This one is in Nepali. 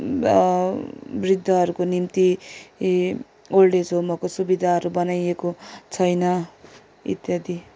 वृद्धहरूको निम्ति ओल्ड एज होमहको सुविधाहरू बनाइएको छैन इत्यादि